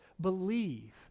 believe